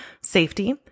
Safety